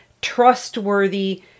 trustworthy